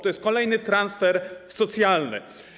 To jest kolejny transfer socjalny.